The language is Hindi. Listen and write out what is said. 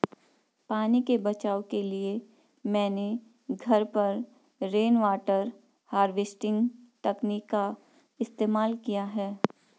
पानी के बचाव के लिए मैंने घर पर रेनवाटर हार्वेस्टिंग तकनीक का इस्तेमाल किया है